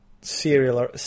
serial